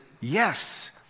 yes